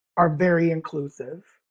are very inclusive.